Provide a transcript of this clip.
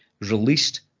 released